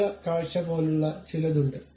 വിഭാഗ കാഴ്ച പോലുള്ള ചിലത് ഉണ്ട്